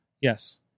Yes